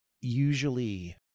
usually